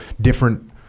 different